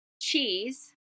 cheese